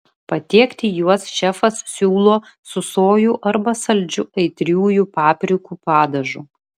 patiekti juos šefas siūlo su sojų arba saldžiu aitriųjų paprikų padažu